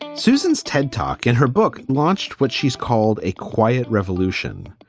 and susan's ted talk in her book launched what she's called a quiet revolution.